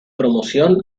promoción